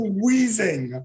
wheezing